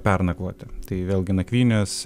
pernakvoti tai vėlgi nakvynės